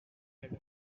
had